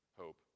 hope